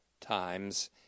times